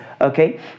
Okay